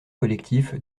collectif